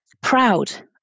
proud